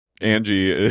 Angie